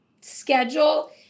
schedule